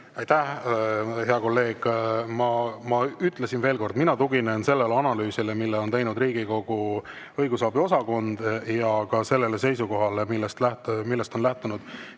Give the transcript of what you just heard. Aitäh! Hea kolleeg, ma ütlen veel kord, et mina tuginen sellele analüüsile, mille on teinud Riigikogu õigusabi osakond, ja ka sellele seisukohale, millest on lähtunud